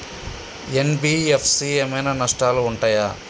NBFC ఏమైనా నష్టాలు ఉంటయా?